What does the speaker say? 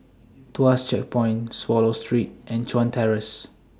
Tuas Checkpoint Swallow Street and Chuan Terrace